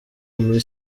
muri